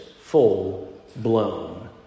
Full-blown